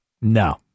No